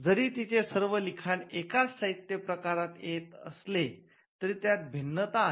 जरी तिचे सर्व लिखाण एकाच साहित्य प्रकारात येत असले तरी त्यात भिन्नता आहे